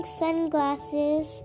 sunglasses